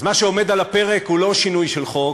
אז מה שעומד על הפרק הוא לא שינוי של חוק,